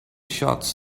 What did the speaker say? shots